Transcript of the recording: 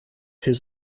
his